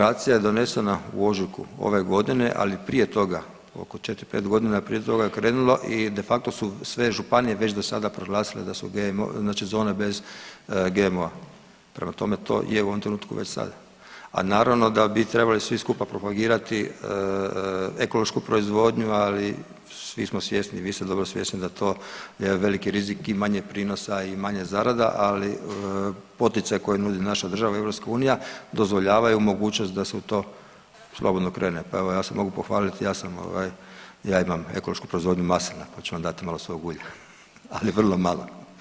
Pa deklaracija je donesena u ožujku ove godine, ali prije toga, oko 4-5.g. prije toga je krenulo i de facto su sve županije već do sada proglasile da su GMO znači zone bez GMO-a, prema tome to je u ovom trenutku već sada, a naravno da bi trebali svi skupa propagirati ekološku proizvodnju, ali svi smo svjesni, vi ste dobro svjesni da to je veliki rizik i manje prinosa i manja zarada, ali poticaji koje nudi naša država i EU dozvoljavaju mogućnost da se u to slobodno krene, pa evo ja se mogu pohvalit, ja sam ovaj, ja imam ekološku proizvodnju maslina, pa ću vam dati malo svog ulja, ali vrlo malo.